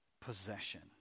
possession